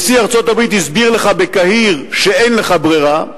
נשיא ארצות-הברית הסביר לך בקהיר שאין לך ברירה.